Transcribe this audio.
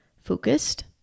focused